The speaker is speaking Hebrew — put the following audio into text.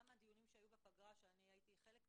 גם הדיונים שהיו בפגרה שאני הייתי חלק מהם,